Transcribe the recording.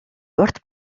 урт